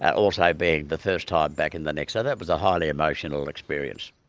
also being the first time back in the nick. so that was a highly emotional experience